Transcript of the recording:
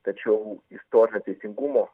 tačiau istorinio teisingumo